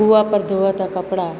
કૂવા પર ધોવાતાં કપડાં